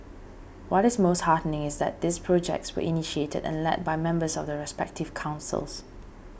what is most heartening is that these projects were initiated and led by members of the respective councils